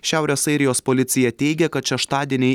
šiaurės airijos policija teigia kad šeštadienį